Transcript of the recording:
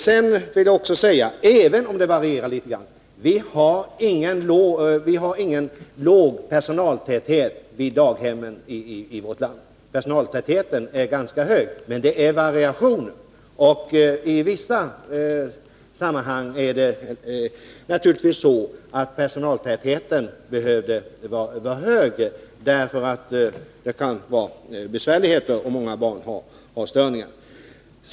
Sedan vill jag säga att vi har ingen låg personaltäthet vid daghemmen i vårt land — även om det varierar litet grand. Personaltätheten är ganska hög. Men det finns variationer, och i vissa sammanhang är det naturligtvis så att personaltätheten behövde vara högre, därför att det kan förekomma besvärligheter, och många barn har störningar.